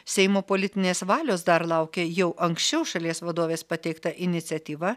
seimo politinės valios dar laukia jau anksčiau šalies vadovės pateikta iniciatyva